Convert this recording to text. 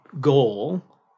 goal